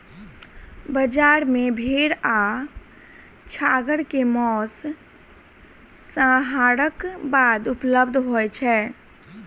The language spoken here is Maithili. बजार मे भेड़ आ छागर के मौस, संहारक बाद उपलब्ध होय छै